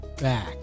back